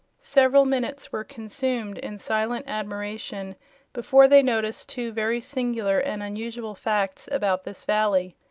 several minutes were consumed in silent admiration before they noticed two very singular and unusual facts about this valley.